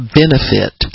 benefit